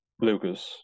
Lucas